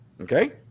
Okay